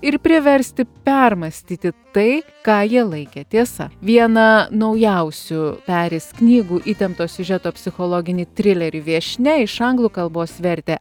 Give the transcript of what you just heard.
ir priversti permąstyti tai ką jie laikė tiesa vieną naujausių peris knygų įtempto siužeto psichologinį trilerį viešnia iš anglų kalbos vertė